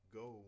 go